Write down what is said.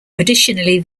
additionally